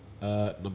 Number